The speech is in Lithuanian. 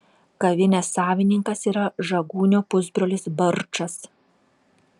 kavinės savininkas yra žagūnio pusbrolis barčas